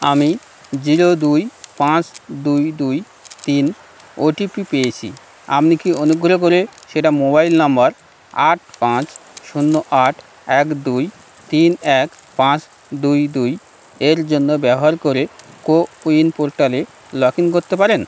আমি জিরো দুই পাঁচ দুই দুই তিন ও টি পি পেয়েছি আপনি কি অনুগ্রহ করে সেটা মোবাইল নাম্বার আট পাঁচ শূন্য আট এক দুই তিন এক পাঁচ দুই দুই এর জন্য ব্যবহার করে কোউইন পোর্টালে লগ ইন করতে পারেন